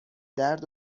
درد